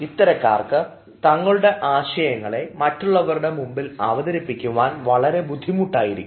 ഇത്തരത്തരകാർക്ക് തങ്ങളുടെ ആശയങ്ങളെ മറ്റുള്ളവരുടെ മുമ്പിൽ അവതരിപ്പിക്കുവാൻ വളരെ ബുദ്ധിമുട്ടായിരിക്കും